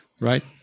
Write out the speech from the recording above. Right